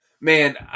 Man